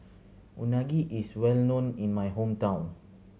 unagi is well known in my hometown